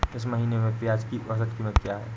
इस महीने में प्याज की औसत कीमत क्या है?